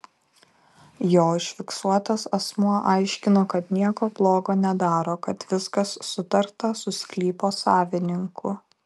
jo užfiksuotas asmuo aiškino kad nieko blogo nedaro kad viskas sutarta su sklypo savininku